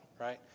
Right